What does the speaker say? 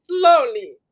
slowly